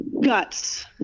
guts